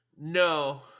No